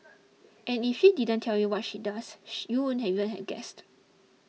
and if she didn't tell you what she does sh you wouldn't even have guessed